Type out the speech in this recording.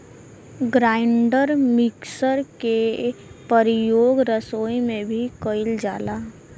grinder mixer के परियोग रसोई में भी कइल जाला